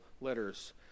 letters